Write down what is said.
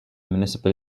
municipal